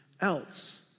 else